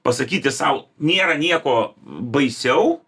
pasakyti sau nėra nieko baisiau